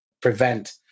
prevent